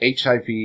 HIV